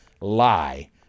lie